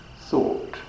thought